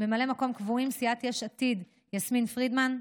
ממלאי מקום קבועים: סיעת יש עתיד, יסמין פרידמן,